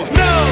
no